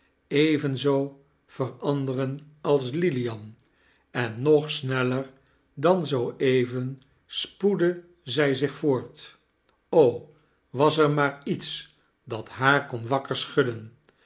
evena'ao vexanderen als lilian en nog sneller dan zoo even spoedde zij zich voort o was eir maar iets dat haar kon wakkex schudden